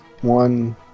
one